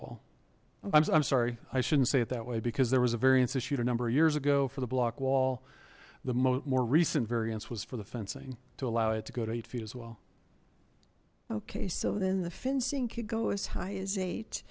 wall i'm sorry i shouldn't say it that way because there was a variance issued a number of years ago for the block wall the more recent variance was for the fencing to allow it to go to eight feet as well okay so then the fencing could go as high as